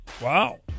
Wow